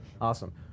Awesome